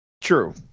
true